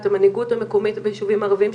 את המנהיגות המקומית ביישובים ערביים,